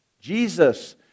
Jesus